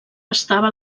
estava